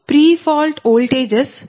pre-fault voltages 1